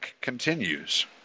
continues